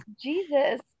Jesus